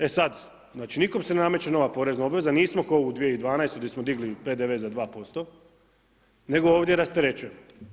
E sad, znači nikom se ne nameće nova porezna obveza, nismo kao u 2012. gdje smo digli PDV za 2%, nego ovdje rasterećujemo.